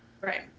Right